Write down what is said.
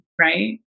right